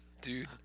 Dude